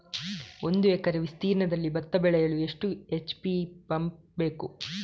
ಒಂದುಎಕರೆ ವಿಸ್ತೀರ್ಣದಲ್ಲಿ ಭತ್ತ ಬೆಳೆಯಲು ಎಷ್ಟು ಎಚ್.ಪಿ ಪಂಪ್ ಬೇಕು?